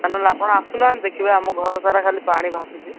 ତା ନହେଲେ ଆପଣ ଆସୁନାହାନ୍ତି ଦେଖିବେ ଆମ ଘର ସାରା ଖାଲି ପାଣି ଭାସୁଛି